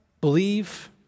believe